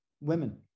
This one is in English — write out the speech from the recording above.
women